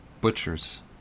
butchers